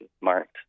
marked